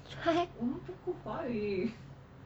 try